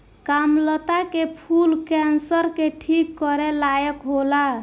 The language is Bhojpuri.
कामलता के फूल कैंसर के ठीक करे लायक होला